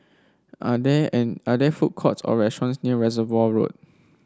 are there any are there food courts or restaurants near Reservoir Road